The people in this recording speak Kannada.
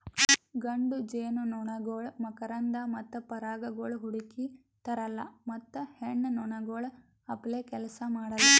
ಗಂಡು ಜೇನುನೊಣಗೊಳ್ ಮಕರಂದ ಮತ್ತ ಪರಾಗಗೊಳ್ ಹುಡುಕಿ ತರಲ್ಲಾ ಮತ್ತ ಹೆಣ್ಣ ನೊಣಗೊಳ್ ಅಪ್ಲೇ ಕೆಲಸ ಮಾಡಲ್